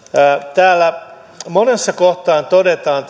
tässä esittelytekstissä monessa kohtaa todetaan